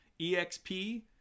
EXP